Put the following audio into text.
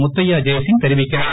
முத்தையா ஜெய்சிங் தெரிவிக்கிறார்